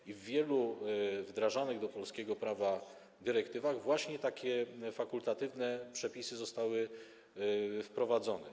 W przypadku wielu wdrażanych do polskiego prawa dyrektyw właśnie takie fakultatywne przepisy zostały wprowadzone.